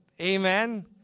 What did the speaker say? amen